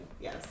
yes